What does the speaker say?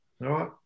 right